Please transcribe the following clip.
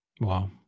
Wow